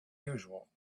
usual